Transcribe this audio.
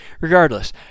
regardless